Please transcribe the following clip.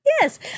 yes